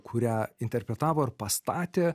kurią interpretavo ir pastatė